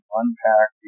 unpack